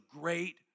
great